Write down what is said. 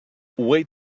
wait